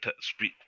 speed